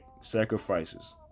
sacrifices